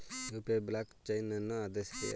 UPI blockchain ಅನ್ನು ಆಧರಿಸಿದೆಯೇ?